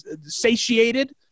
satiated